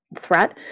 threat